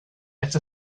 get